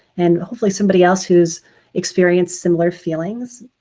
and hopefully somebody else who's experienced similar feelings,